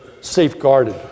safeguarded